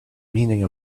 meaning